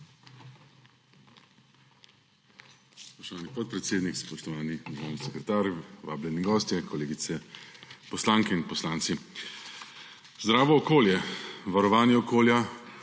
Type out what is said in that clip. Zdravo okolje, varovanje okolja